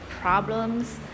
problems